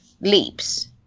leaps